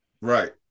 right